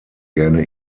gerne